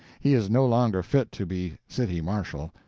he is no longer fit to be city marshal.